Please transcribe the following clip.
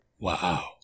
Wow